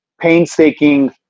painstaking